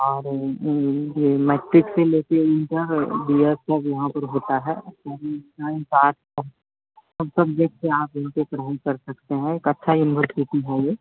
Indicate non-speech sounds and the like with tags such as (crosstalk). और यह मैट्रिक से लेकर इण्टर बी एड सब यहाँ पर होता है सभी (unintelligible) सब सब्जेक्ट से आप यहाँ पर पढ़ाई कर सकते हैं एक अच्छी यूनिवर्सिटी है यह